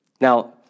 Now